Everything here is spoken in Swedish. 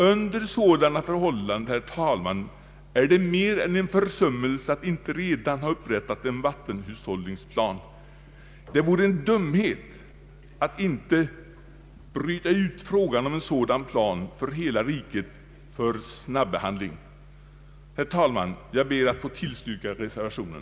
Under sådana förhållanden, herr talman, är det mer än en försummelse att inte redan ha upprättat en vattenhushållningsplan. Det vore en dumhet att inte för snabbehandling bryta ut frågan om en sådan plan för hela riket. Herr talman! Jag ber att få tillstyrka reservationen.